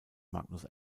magnus